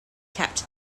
kept